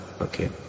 okay